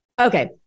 Okay